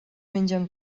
mengen